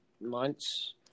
months